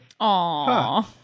Aww